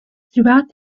throughout